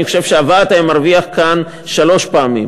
אני חושב שהוועד היה מרוויח כאן שלוש פעמים: